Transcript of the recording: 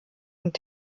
und